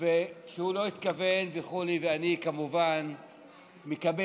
שהוא לא התכוון וכו', ואני כמובן מקבל.